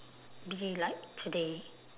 be like today